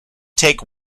take